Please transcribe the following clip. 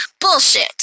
bullshit